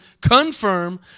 confirm